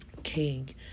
king